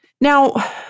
Now